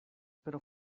pero